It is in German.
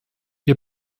wir